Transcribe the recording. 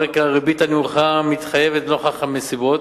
על רקע הריבית הנמוכה המתחייבת לנוכח הנסיבות,